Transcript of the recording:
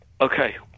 Okay